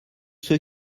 ceux